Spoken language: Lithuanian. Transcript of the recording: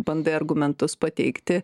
bandai argumentus pateikti